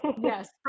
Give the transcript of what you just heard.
yes